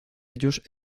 ellos